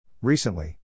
Recently